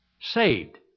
saved